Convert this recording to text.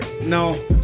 No